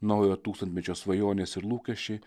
naujo tūkstantmečio svajonės ir lūkesčiai